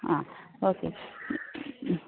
ആ ഓക്കെ മ്മ് മ്മ്